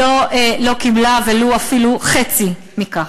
לא קיבלה ולו חצי מכך,